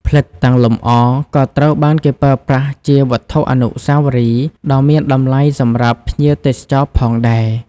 ផ្លិតតាំងលម្អក៏ត្រូវបានគេប្រើប្រាស់ជា វត្ថុអនុស្សាវរីយ៍ ដ៏មានតម្លៃសម្រាប់ភ្ញៀវទេសចរណ៍ផងដែរ។